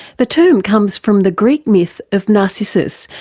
the term comes from the greek myth of narcissus,